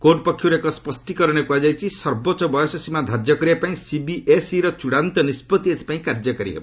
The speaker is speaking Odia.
କୋର୍ଟ ପକ୍ଷରୁ ଏକ ସ୍ୱଷ୍ଟିକରଣରେ କୁହାଯାଇଛି ସର୍ବୋଚ୍ଚ ବୟସସୀମା ଧାର୍ଯ୍ୟ କରିବା ପାଇଁ ସିବିଏସ୍ଇ ର ଚ୍ଚଡ଼ାନ୍ତ ନିଷ୍କଭି ଏଥିପାଇଁ କାର୍ଯ୍ୟକାରୀ ହେବ